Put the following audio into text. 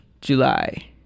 July